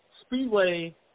Speedway